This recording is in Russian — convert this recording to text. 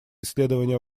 исследования